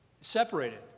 Separated